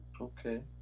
Okay